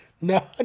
No